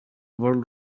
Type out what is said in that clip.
world